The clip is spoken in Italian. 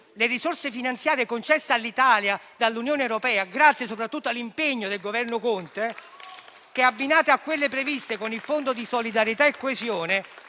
Le risorse finanziarie concesse all'Italia dall'Unione europea, grazie soprattutto all'impegno del Governo Conte, che, abbinate a quelle previste con il Fondo di solidarietà e coesione,